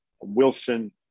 Wilson